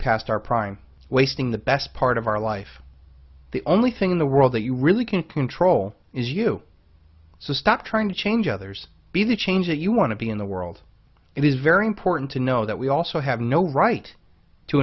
past our prime wasting the best part of our life the only thing in the world that you really can control is you so stop trying to change others be the change that you want to be in the world it is very important to know that we also have no right to